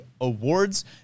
awards